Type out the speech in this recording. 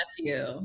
nephew